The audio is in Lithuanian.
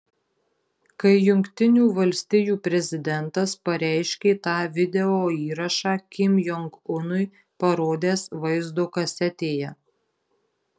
kai jungtinių valstijų prezidentas pareiškė tą videoįrašą kim jong unui parodęs vaizdo kasetėje